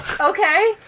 okay